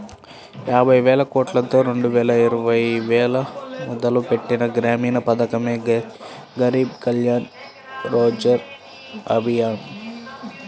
యాబైవేలకోట్లతో రెండువేల ఇరవైలో మొదలుపెట్టిన గ్రామీణ పథకమే గరీబ్ కళ్యాణ్ రోజ్గర్ అభియాన్